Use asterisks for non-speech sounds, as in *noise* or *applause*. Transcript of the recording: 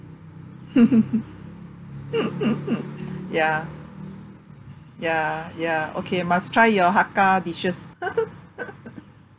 *laughs* ya ya ya okay must try your hakka dishes *laughs*